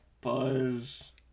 Buzz